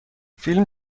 فیلم